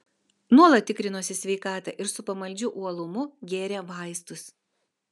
nuolat tikrinosi sveikatą ir su pamaldžiu uolumu gėrė vaistus